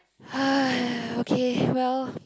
okay well